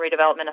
Redevelopment